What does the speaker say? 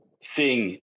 sing